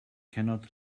cannot